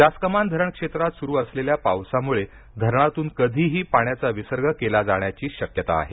चासकमान धरण क्षेत्रात सुरू असलेल्या पावसामुळे धरणातून कधीही पाण्याचा विसर्ग केला जाण्याची शक्यता आहे